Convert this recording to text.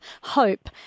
hope